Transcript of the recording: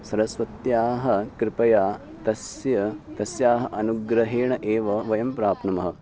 सरस्वत्याः कृपया तस्य तस्याः अनुग्रहेण एव वयं प्राप्नुमः